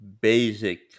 basic